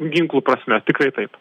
ginklų prasme tikrai taip